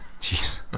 Jeez